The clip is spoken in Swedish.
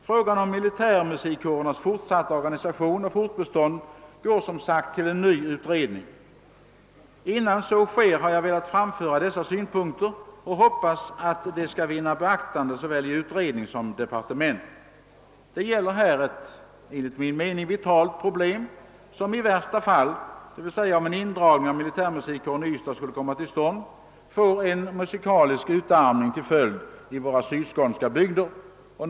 Frågan om militärmusikkårernas fortsatta organisation och deras fortbestånd går som sagt till ny utredning. Innan så sker har jag velat framhålla dessa synpunkter och hoppas att de skall vinna beaktande såväl i utredning som i departement. Det gäller ett enligt min mening vitalt problem, som i värsta fall — d.v.s. om en indragning av militärmusikkåren i Ystad skulle komma till stånd — får en musikalisk utarmning i våra sydskånska bygder till följd.